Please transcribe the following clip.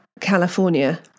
California